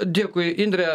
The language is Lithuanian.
dėkui indre